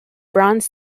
bronze